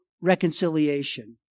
reconciliation